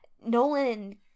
Nolan